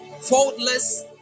faultless